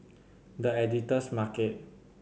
The Editor's Market